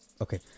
okay